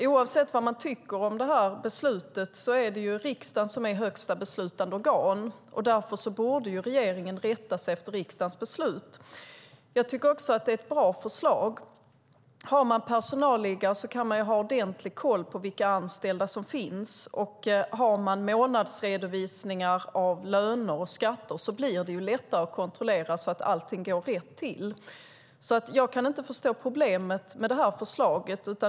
Oavsett vad man tycker om beslutet är det riksdagen som är högsta beslutande organ, och därför borde regeringen rätta sig efter riksdagens beslut. Det är ett bra förslag. Med personalliggare går det att ha ordentlig koll på de anställda. Med månadsredovisningar av löner och skatter blir det lättare att kontrollera att allt går rätt till. Jag kan inte förstå problemet med förslaget.